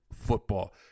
football